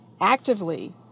actively